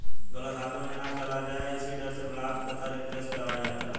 गलत हाथों में ना चला जाए इसी डर से ब्लॉक तथा रिप्लेस करवाया जाता है